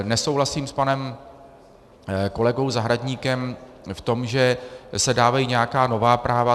Nesouhlasím s panem kolegou Zahradníkem v tom, že se dávají nějaká nová práva.